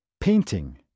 painting